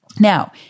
Now